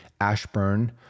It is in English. Ashburn